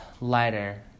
lighter